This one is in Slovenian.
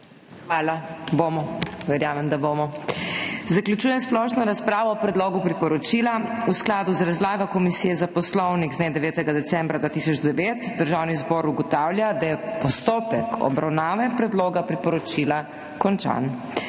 Hvala. Bomo. Verjamem, da bomo. Zaključujem splošno razpravo o predlogu priporočila. V skladu z razlago Komisije za poslovnik z dne 9. decembra 2009 Državni zbor ugotavlja, da je postopek obravnave predloga priporočila končan.